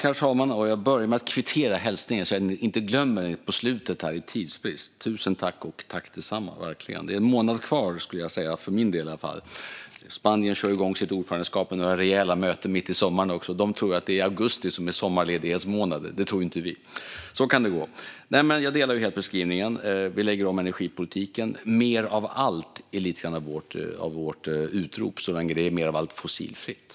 Herr talman! Jag börjar med att kvittera hälsningen så att jag inte glömmer på slutet på grund av tidsbrist. Tusen tack, och detsamma! Det är en månad kvar, för min del i alla fall. Spanien kör igång sitt ordförandeskap med några rejäla möten mitt i sommaren. De tror att det är augusti som är sommarledighetsmånaden; det tror inte vi. Så kan det gå! Jag delar helt beskrivningen. Vi lägger om energipolitiken. Mer av allt - det är lite grann vårt utrop, så länge det är mer av allt fossilfritt.